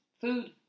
Food